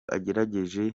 agerageje